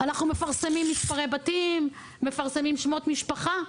אנחנו מפרסמים מספרי בתים, מפרסמים שמות משפחה.